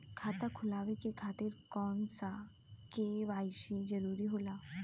खाता खोलवाये खातिर कौन सा के.वाइ.सी जरूरी होला?